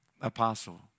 apostle